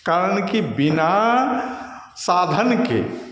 कारण कि बिना साधन के